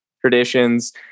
traditions